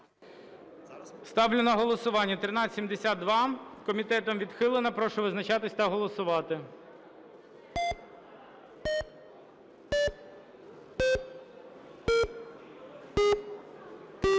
Ставлю на голосування 1365. Комітетом не підтримано. Прошу визначатися та голосувати.